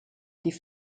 die